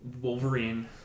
Wolverine